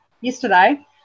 yesterday